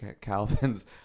Calvin's